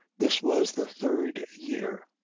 this was the third year.